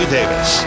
Davis